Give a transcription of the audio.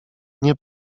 nie